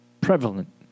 prevalent